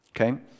okay